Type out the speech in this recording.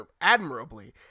admirably